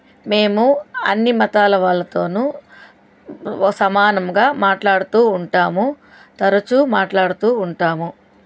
మేము అన్ని మతాల వాళ్ళతోను సమానముగా మాట్లాడుతూ ఉంటాము తరచూ మాట్లాడుతూ ఉంటాము